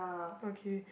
okay